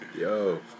yo